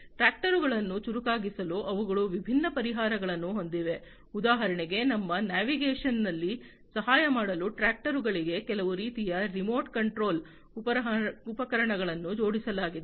ಟ್ರಾಕ್ಟರುಗಳನ್ನು ಚುರುಕಾಗಿಸಲು ಅವುಗಳು ವಿಭಿನ್ನ ಪರಿಹಾರಗಳನ್ನು ಹೊಂದಿವೆ ಉದಾಹರಣೆಗೆ ತಮ್ಮ ನ್ಯಾವಿಗೇಷನ್ನಲ್ಲಿ ಸಹಾಯ ಮಾಡಲು ಟ್ರಾಕ್ಟರುಗಳಿಗೆ ಕೆಲವು ರೀತಿಯ ರಿಮೋಟ್ ಕಂಟ್ರೋಲ್ ಉಪಕರಣಗಳನ್ನು ಜೋಡಿಸಲಾಗಿದೆ